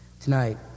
Tonight